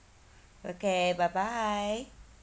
okay bye bye